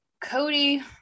cody